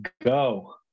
go